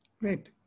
Great